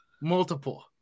multiple